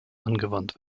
angewandt